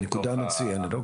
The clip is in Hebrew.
נקודה מצוינת.